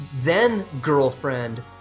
then-girlfriend